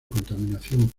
contaminación